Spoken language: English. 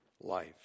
life